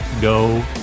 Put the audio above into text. go